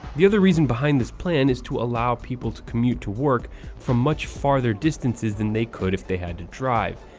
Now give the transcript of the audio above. the other reason behind this plan is to allow people to commute to work from much farther distances than they could than if they had to drive,